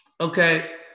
Okay